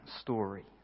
story